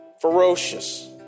Ferocious